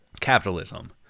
capitalism